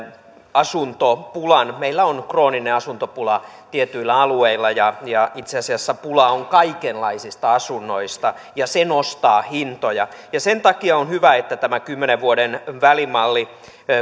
asuntopulan meillä on krooninen asuntopula tietyillä alueilla ja ja itse asiassa pula on kaikenlaisista asunnoista ja se nostaa hintoja sen takia on hyvä että tämä kymmenen vuoden välimalli